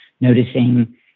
noticing